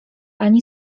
ani